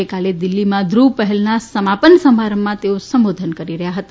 ગઇકાલે દિલ્ફીમાં ધુવ પહેલના સમાપન સમારંભમાં તેઓ સંબોધન કરી રહયાં હતા